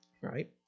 right